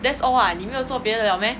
that's all ah 你没有做别的 liao meh